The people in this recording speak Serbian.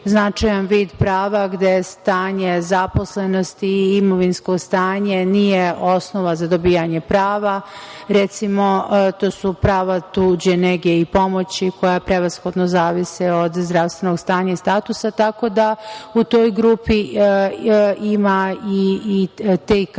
značajan vid prava gde stanje zaposlenosti i imovinsko stanje nije osnova za dobijanje prava. Recimo, to su prava tuđe nege i pomoći koja prevashodno zavise od zdravstvenog stanja i statusa. Tako da u toj grupi ima i te kategorija,